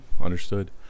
understood